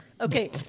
Okay